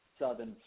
Southern